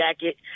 jacket